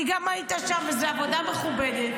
כי גם היית שם וזו עבודה מכובדת,